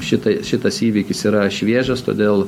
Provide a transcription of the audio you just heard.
šitai šitas įvykis yra šviežias todėl